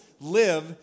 live